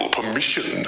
permission